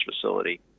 facility